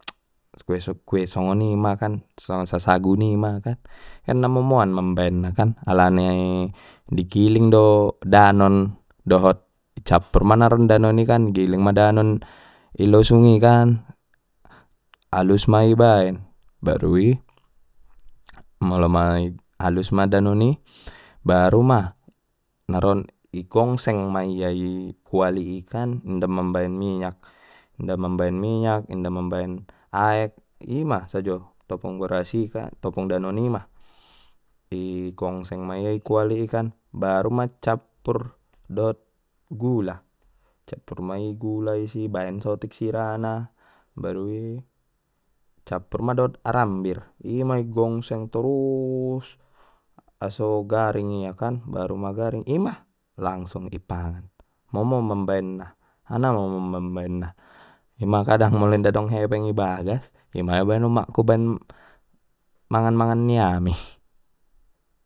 kue kue songoni ma kan songon sasagun i ma kan kan na momoan mambaen na kan alani digiling do danon dohot cappur ma naron danon i kan giling ma danon i losungi kan alus ma i baen baru i molo ma i alus ma danon i baru ma naron i gongseng ma ia ikuali i kan inda mambaen minyak inda mambaen minyak inda mambaen aek ima sajo topung boras i kan topung danon ima i gongseng ma ia i kuali i kan baru ma cappur dot gula cappur ma i gula isi baen ma sotik sirana baru i cappur ma dot arambir ima i gongseng torus aso garing ia kan baru ma garing ima langsung i pangan momo mambaen na ana momo mambaen na ima kadang molo inda dong hepeng i bagas ima baen umakku baen mangan mangan ni ami.